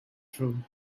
true